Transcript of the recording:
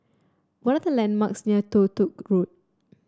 what are the landmarks near Toh Tuck Road